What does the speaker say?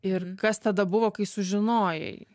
ir kas tada buvo kai sužinojai